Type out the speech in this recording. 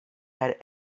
had